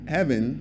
Heaven